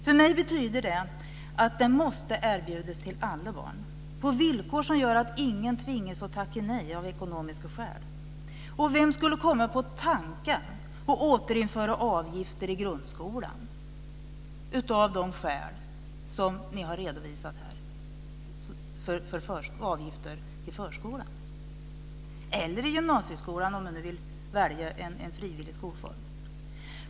För mig betyder det att den måste erbjudas till alla barn, på villkor som gör att ingen tvingas tacka nej av ekonomiska skäl. Och vem skulle komma på tanken att återinföra avgifter i grundskolan av de skäl ni här har redovisat för avgifter i förskolan - eller i gymnasieskolan, för att nu välja en frivillig skolform?